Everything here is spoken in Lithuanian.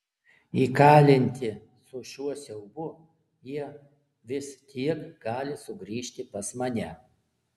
įkalinti su šiuo siaubu jie vis tiek gali sugrįžti pas mane